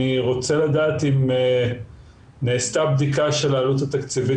אני רוצה לדעת אם נערכה בדיקה של העלות התקציבית